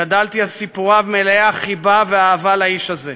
גדלתי על סיפוריו מלאי החיבה והאהבה לאיש הזה.